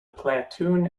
platoon